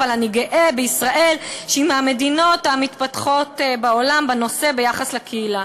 אבל אני גאה בישראל שהיא מהמדינות המתפתחות בעולם בנושא ביחס לקהילה.